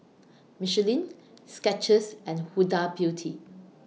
Michelin Skechers and Huda Beauty